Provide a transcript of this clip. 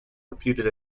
reputed